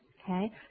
Okay